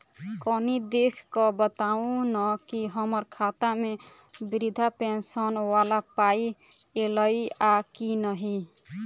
कनि देख कऽ बताऊ न की हम्मर खाता मे वृद्धा पेंशन वला पाई ऐलई आ की नहि?